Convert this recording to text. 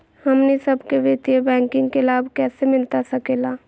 हमनी सबके वित्तीय बैंकिंग के लाभ कैसे मिलता सके ला?